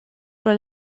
però